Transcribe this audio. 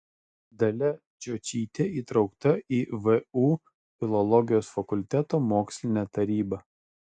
dalia čiočytė įtraukta į vu filologijos fakulteto mokslinę tarybą